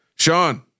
Sean